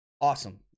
Awesome